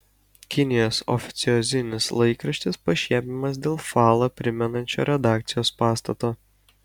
kinijos oficiozinis laikraštis pašiepiamas dėl falą primenančio redakcijos pastato